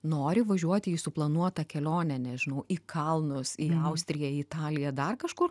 nori važiuoti į suplanuotą kelionę nežinau į kalnus į austriją į italiją dar kažkur